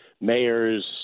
mayors